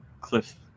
cliff